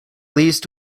least